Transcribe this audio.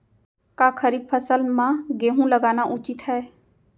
का खरीफ फसल म गेहूँ लगाना उचित है?